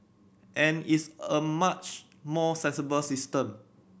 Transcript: and it's a much more sensible system